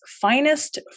finest